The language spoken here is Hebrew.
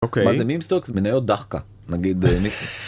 אוקיי זה meme stocks? מניות דאחקה